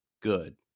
good